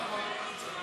אולי תדחה את זה?